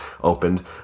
opened